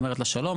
אומרת לה: שלום,